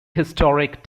historic